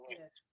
yes